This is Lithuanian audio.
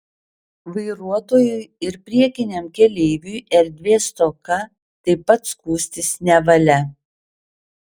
vairuotojui ir priekiniam keleiviui erdvės stoka taip pat skųstis nevalia